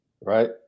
right